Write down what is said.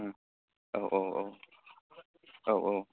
औ औ औ औ औ